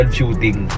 shooting